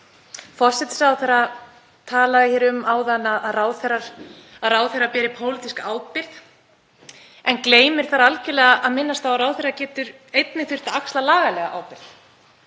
Forsætisráðherra talaði um áðan að ráðherrar beri pólitíska ábyrgð en gleymir algjörlega að minnast á að ráðherra getur einnig þurft að axla lagalega ábyrgð.